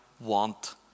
want